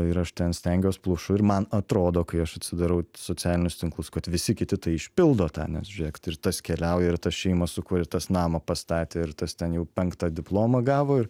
ir aš ten stengiuos plaušu ir man atrodo kai aš atsidarau socialinius tinklus kad visi kiti tai išpildo tą nes žiūrėk tai ir tas keliauja ir tas šeimą sukurė ir tas namą pastatė ir tas ten jau penktą diplomą gavo ir